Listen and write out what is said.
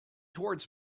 towards